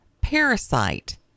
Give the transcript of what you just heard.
parasite